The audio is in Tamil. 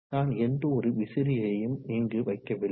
நான் எந்தவொரு விசிறியையும் இங்கு வைக்கவில்லை